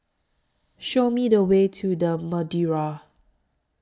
Show Me The Way to The Madeira